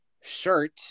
Shirt